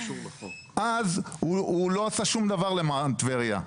אז הוא לא עשה שום דבר למען טבריה.